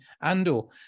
and/or